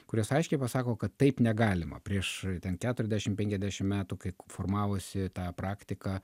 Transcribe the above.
kurios aiškiai pasako kad taip negalima prieš ten keturiasdešimt penkiasdešimt metų kai formavosi ta praktika